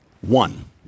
One